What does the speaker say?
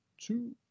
two